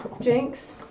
Jinx